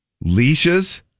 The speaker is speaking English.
leashes